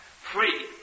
free